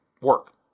work